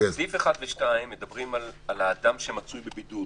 סעיף (1) ו-(2) מדברים על האדם שמצוי בבידוד.